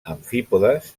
amfípodes